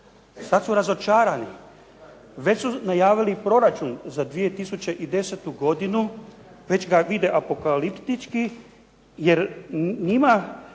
Sada su razočarani. Već su najavili proračun za 2010. godinu, već ga ide apokaliptički, jer nama